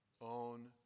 own